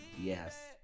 Yes